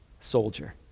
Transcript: Soldier